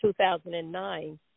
2009